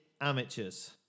Amateurs